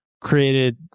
created